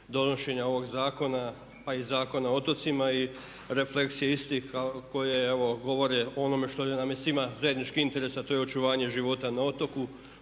donošenja ovog zakona pa i Zakona o otocima i refleks je isti kao koje evo govore o onome što nam je svima zajednički interes a to je očuvanje života na otoku,